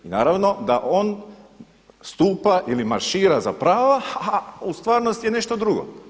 I naravno da on stupa ili maršira za prava, a u stvarnosti je nešto drugo.